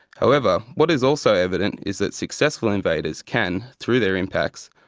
however, what is also evident is that successful invaders can, through their impacts,